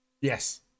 Yes